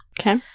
Okay